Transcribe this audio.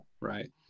right